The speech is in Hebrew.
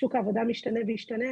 שוק העבודה משתנה וישתנה.